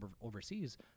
overseas